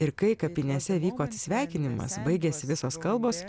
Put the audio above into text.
ir kai kapinėse vyko atsisveikinimas baigėsi visos kalbos